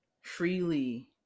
freely